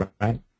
right